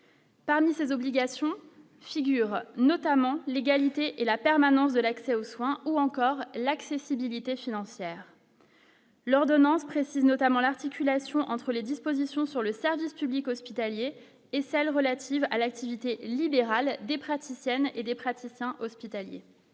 Parmi ces obligations figurent notamment l'égalité et la permanence de l'accès aux soins ou encore l'accessibilité financière. L'ordonnance précise notamment l'articulation entre les dispositions sur le service public hospitalier et celles relatives à l'activité libérale des praticiens et des praticiens hospitaliers.